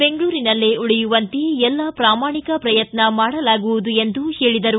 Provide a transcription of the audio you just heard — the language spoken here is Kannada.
ಬೆಂಗಳೂರಿನಲ್ಲೇ ಉಳಿಯುವಂತೆ ಎಲ್ಲಾ ಪ್ರಾಮಾಣಿಕ ಪ್ರಯತ್ನ ಮಾಡಲಾಗುವುದು ಎಂದು ಹೇಳಿದರು